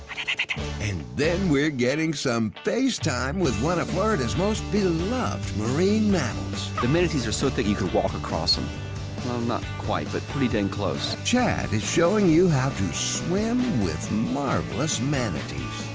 then we're getting some face time with one of florida's most beloved marine mammals the manatees are so that you could walk across them well not quite, but put it in close chad is showing you how to swim with marvelous manatees